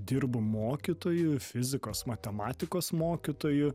dirbu mokytoju fizikos matematikos mokytoju